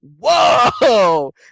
Whoa